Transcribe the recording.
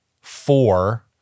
four